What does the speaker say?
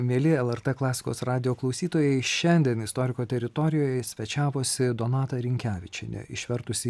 mieli lrt klasikos radijo klausytojai šiandien istoriko teritorijoje svečiavosi donata rinkevičienė išvertusi